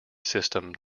system